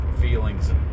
feelings